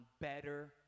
better